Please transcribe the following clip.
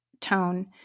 tone